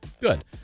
Good